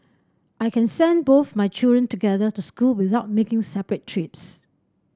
I can send both my children together to school without making separate trips